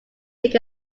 think